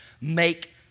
make